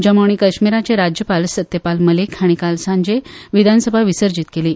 जम्मू आनी काश्मीराचे राज्यपाल सत्यपाल मलीक हांणी काल सांजे विधानसभा विसर्जीत केली